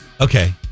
Okay